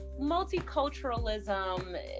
multiculturalism